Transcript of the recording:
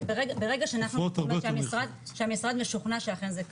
כשהמשרד משוכנע שאכן זה כך,